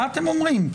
מה אתם אומרים?